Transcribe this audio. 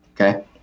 Okay